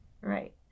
right